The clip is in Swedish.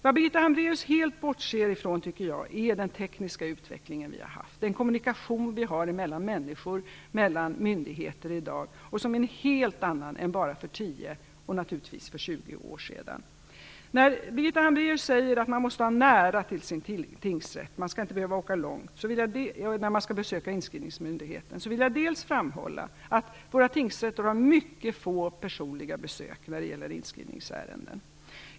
Vad Birgitta Hambraues helt bortser från är den tekniska utveckling vi har haft och den kommunikation mellan människor och myndigheter som i dag är en helt annan än bara för tio och naturligtvis för tjugo år sedan. När Birgitta Hambraeus säger att man måste ha nära till sin tingsrätt och inte behöva åka långt när man skall besöka inskrivningsmyndigheten vill jag framhålla att våra tingsrätter har mycket få personliga besök när det gäller inskrivningsärenden.